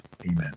Amen